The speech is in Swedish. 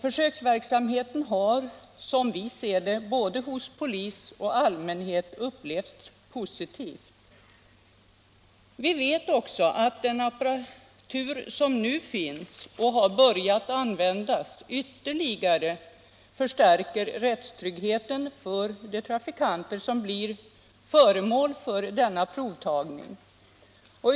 Försöksverksamheten har, som vi ser det, både av polis och av allmänhet upplevts positivt. Vi vet också att den apparatur som nu börjat användas ytterligare förstärker rättssäkerheten för de trafikanter som blir föremål för denna provtagning.